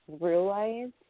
realize